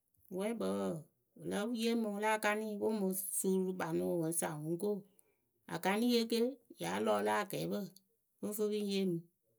Wɛɛkpǝ wǝǝ wɨ lǝ yeemɨ wɨ la akanɩ wɨ ŋ mɨ suu rɨ kpanʊ wɨ ŋ saŋ wɨŋ ko akaniye ke ya lɔɔlʊ akɛɛpǝ pɨŋ fɨ pɨ ŋ yeemi.